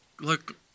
Look